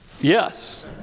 Yes